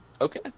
Okay